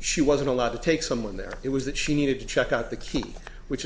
she wasn't allowed to take someone there it was that she needed to check out the key which